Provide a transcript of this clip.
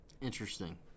interesting